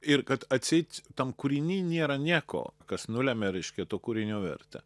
ir kad atseit tam kūriny nėra nieko kas nulemia ryškia to kūrinio vertę